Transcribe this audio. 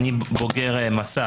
אני בוגר 'מסע',